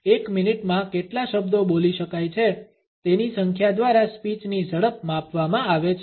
એક મિનિટમાં કેટલા શબ્દો બોલી શકાય છે તેની સંખ્યા દ્વારા સ્પીચ ની ઝડપ માપવામાં આવે છે